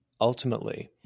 ultimately